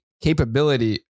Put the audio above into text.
capability